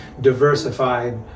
diversified